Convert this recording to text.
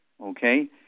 okay